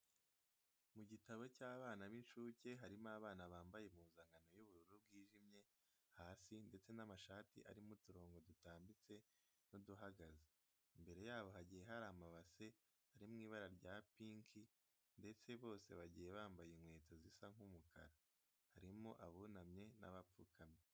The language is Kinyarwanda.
Mu gitabo cy'abana b'inshuke harimo abana bambaye impuzankano y'ubururu bwijimye hasi ndetse n'amashati arimo uturongo dutambitse n'uduhagaze. Imbere yabo hagiye hari amabase ari mu ibara rya pinki ndetse bose bagiye bambaye inkweto zisa nk'umukara. Harimo abunamye n'abapfukamye.